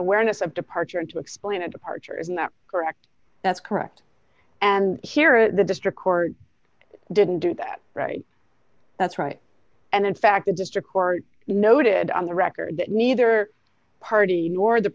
awareness of departure and to explain a departure is not correct that's correct and here in the district court didn't do that right that's right and in fact the district court noted on the record that neither party nor the